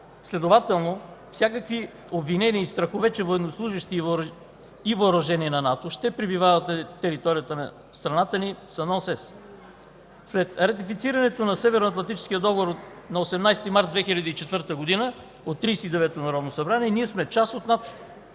Следователно всякакви обвинения и страхове, че военнослужещи и въоръжения на НАТО ще пребивават на територията на страната ни, са нонсенс. След ратифицирането на Североатлантическия договор на 18 март 2004 г. от Тридесет и деветото народно събрание ние сме част от НАТО.